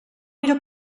era